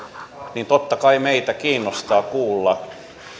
niin totta kai meitä kiinnostaa kuulla